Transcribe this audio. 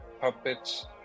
puppets